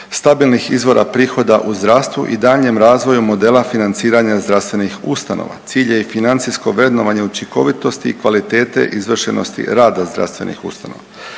stabilnih izvora prihoda u zdravstvu i daljnjem razvoju modela financiranja zdravstvenih ustanova. Cilj je i financijsko vrednovanje učinkovitosti i kvalitete izvršenosti rada zdravstvenih ustanova.